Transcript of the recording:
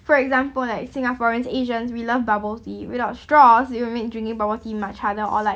for example like singaporeans asians we love bubble tea without straws it will make drinking bubble tea much harder or like